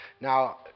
Now